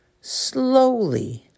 slowly